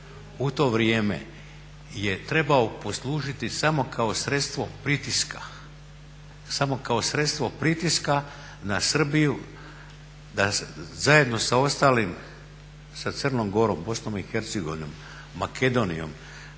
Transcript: u to vrijeme je trebao poslužiti samo kao sredstvo pritiska na Srbiju da zajedno sa ostalim, sa Crnom Gorom, Bosnom i Hercegovinom, Makedonijom,